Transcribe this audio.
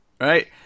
Right